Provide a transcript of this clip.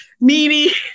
meaty